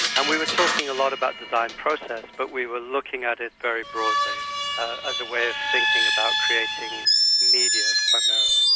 and we were talking a lot about design process but we were looking at it very broadly as a way of thinking about creating media primarily.